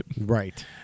Right